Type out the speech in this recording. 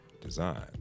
design